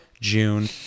june